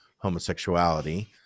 homosexuality